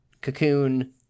Cocoon